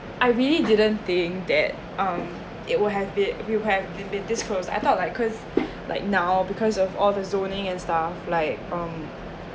I really didn't think that um it will have been it will have been been this close I thought like cause like now because of all the zoning and stuff like um